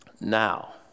now